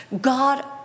God